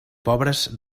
pobres